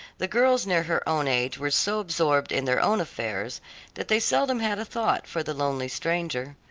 the girls near her own age were so absorbed in their own affairs that they seldom had a thought for the lonely stranger.